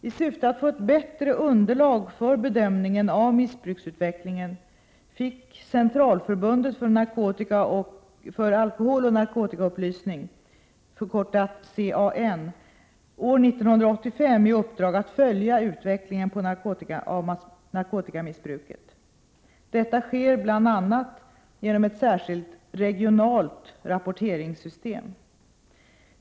I syfte att få ett bättre underlag för bedömningen av missbruksutvecklingen fick Centralförbundet för alkoholoch narkotikaupplysning år 1985 i uppdrag att följa utvecklingen av narkotikamissbruket. Detta sker bl.a. genom ett särskilt regionalt rapporteringssystem.